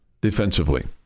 defensively